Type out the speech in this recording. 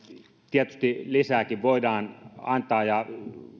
tietysti lisääkin opetusta voidaan antaa ja